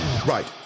Right